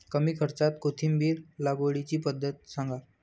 कमी खर्च्यात कोथिंबिर लागवडीची पद्धत सांगा